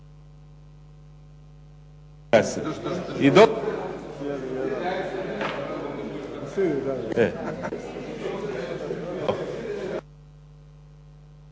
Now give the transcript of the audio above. Hvala vam